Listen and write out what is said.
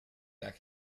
that